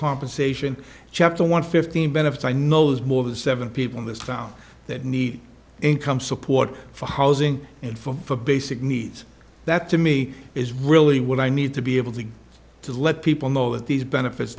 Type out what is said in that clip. compensation chapter one fifteen benefits i know there's more than seven people in this town that need income support for housing and for basic needs that to me is really what i need to be able to get to let people know that these benefits